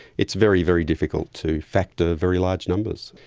it's very, very difficult to factor very large numbers.